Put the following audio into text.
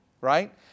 right